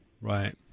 Right